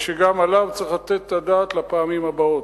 שגם עליו צריך לתת את הדעת לפעמים הבאות,